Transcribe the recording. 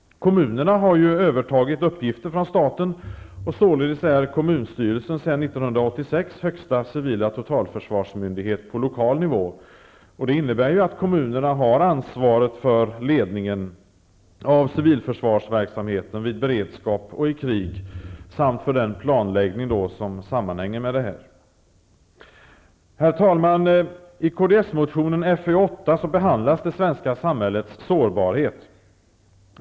Kommunerna har ju övertagit uppgifter från staten. Således är kommunstyrelsen sedan 1986 högsta civila totalförsvarsmyndighet på lokal nivå, vilket innebär att kommunerna har ansvaret för ledningen av civilförsvarsverksamheten vid beredskap och i krig samt för den planläggning som sammanhänger med detta. Herr talman! I Kds-motionen Fö8 behandlas frågan om det svenska samhällets sårbarhet.